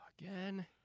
Again